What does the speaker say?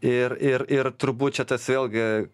ir ir ir turbūt čia tas vėlgi